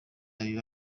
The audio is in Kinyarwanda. biba